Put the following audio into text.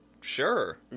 sure